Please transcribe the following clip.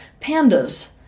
pandas